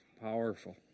powerful